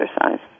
exercise